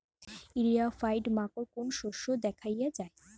ইরিও ফাইট মাকোর কোন শস্য দেখাইয়া যায়?